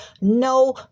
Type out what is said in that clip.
no